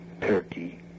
Turkey